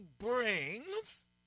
brings